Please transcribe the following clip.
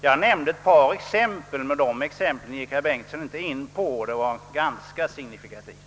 Jag nämnde ett par exempel men dem gick herr Bengtsson inte in på. Det var ganska signifikativt.